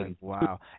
Wow